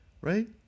right